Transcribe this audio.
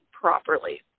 properly